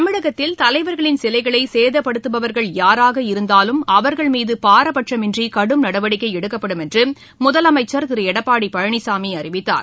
தமிழகத்தில் தலைவர்களின் சிலைகளை சேதப்படுத்தபவர்கள் யாராக இருந்தாலும் அவர்கள் மீது பாரபட்சமின்றி கடும் நடவடிக்கை எடுக்கப்படும் என்று முதலமைச்ச் திரு எடப்பாடி பழனிசாமி அறிவித்தார்